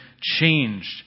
changed